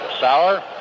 Sauer